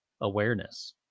awareness